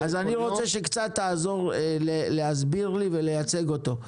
אז אני רוצה שקצת תעזור להסביר לי ולייצג אותו.